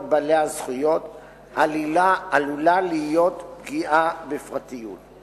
בעלי הזכויות עלול להיות פגיעה בפרטיות.